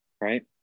right